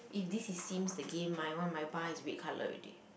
if this is Sims the game my one my bar is red colour already